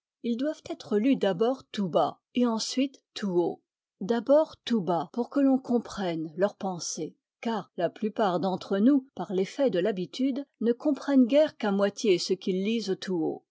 ils doivent être lus d'abord tout bas et ensuite tout haut d'abord tout bas pour que l'on comprenne leur pensée car la plupart d'entre nous par l'effet de l'habitude ne comprennent guère qu'à moitié ce qu'ils lisent tout haut